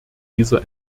dieser